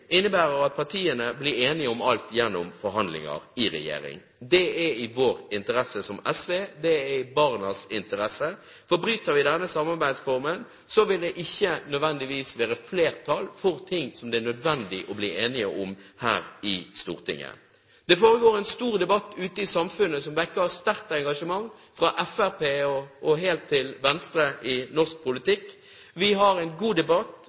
innebærer at partiene blir enige om alt gjennom forhandlinger i regjeringen. Det er i SVs interesse, det er i barnas interesse. Bryter vi denne samarbeidsformen, vil det ikke nødvendigvis være flertall for ting som det er nødvendig å bli enige om her i Stortinget. Det foregår en stor debatt ute i samfunnet som vekker sterkt engasjement – fra Fremskrittspartiet og helt til venstre i norsk politikk. Vi har en god debatt,